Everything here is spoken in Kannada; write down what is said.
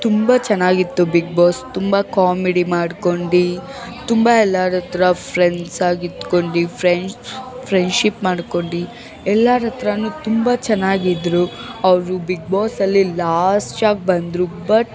ತುಂಬ ಚೆನ್ನಾಗಿತ್ತು ಬಿಗ್ ಬಾಸ್ ತುಂಬ ಕಾಮಿಡಿ ಮಾಡ್ಕೊಂಡು ತುಂಬ ಎಲ್ಲಾರಹತ್ರ ಫ್ರೆಂಡ್ಸ್ ಆಗಿ ಇದ್ಕೊಂಡು ಫ್ರೆಂಡ್ಸ್ ಫ್ರೆಂಡ್ಶಿಪ್ ಮಾಡ್ಕೊಂಡು ಎಲ್ಲಾರಹತ್ರ ತುಂಬ ಚೆನ್ನಾಗಿದ್ರು ಅವರು ಬಿಗ್ ಬಾಸಲ್ಲಿ ಲಾಸ್ಟ್ ಆಗಿ ಬಂದರು ಬಟ್